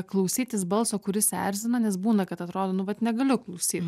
klausytis balso kuris erzina nes būna kad atrodo nu vat negaliu klausyt